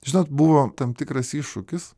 žinot buvo tam tikras iššūkis